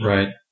Right